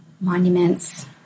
monuments